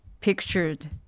pictured